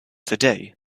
today